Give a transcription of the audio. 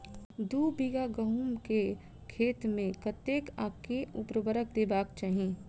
दु बीघा गहूम केँ खेत मे कतेक आ केँ उर्वरक देबाक चाहि?